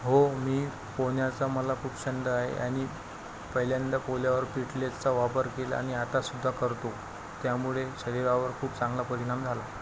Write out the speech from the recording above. हो मी पोहण्याचा मला खूप छंद आहे आणि पहिल्यांदा पोहल्यावर पिठलेजचा वापर केला आणि आतासुद्धा करतो त्यामुळे शरीरावर खूप चांगला परिणाम झाला